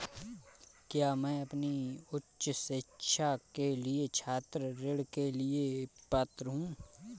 क्या मैं अपनी उच्च शिक्षा के लिए छात्र ऋण के लिए पात्र हूँ?